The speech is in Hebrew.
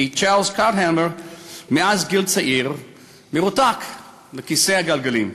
כי צ'רלס קראוטהמר מגיל צעיר מרותק לכיסא גלגלים.